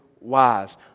wise